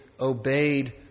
obeyed